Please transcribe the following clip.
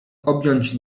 objąć